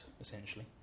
essentially